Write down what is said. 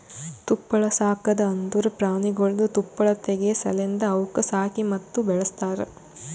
ತುಪ್ಪಳ ಸಾಕದ್ ಅಂದುರ್ ಪ್ರಾಣಿಗೊಳ್ದು ತುಪ್ಪಳ ತೆಗೆ ಸಲೆಂದ್ ಅವುಕ್ ಸಾಕಿ ಮತ್ತ ಬೆಳಸ್ತಾರ್